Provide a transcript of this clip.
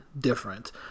different